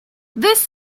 this